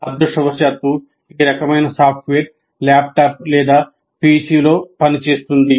అదృష్టవశాత్తూ ఈ రకమైన సాఫ్ట్వేర్ ల్యాప్టాప్ లేదా పిసిలో పని చేస్తుంది